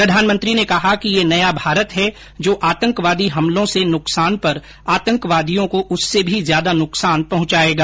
प्रधानमंत्री ने कहा कि ये नया भारत है जो आतंकवादी हमलों से नुकसान पर आतंकवादियों को उससे भी ज्यादा नुकसान पहुंचाएगा